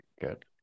Good